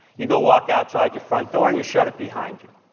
you go walk outside your front door, and you shut it behind you.